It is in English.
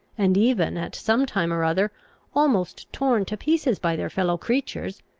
and even at some time or other almost torn to pieces by their fellow-creatures,